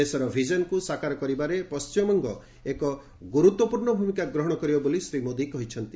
ଦେଶର ଭିଜନକୁ ସାକାର କରିବାରେ ପଶ୍ଚିମବଙ୍ଗ ଏକ ଗୁରୁତ୍ୱପୂର୍ଷ ଭୂମିକା ଗ୍ରହଣ କରିବ ବୋଲି ଶ୍ରୀ ମୋଦୀ କହିଛନ୍ତି